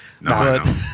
No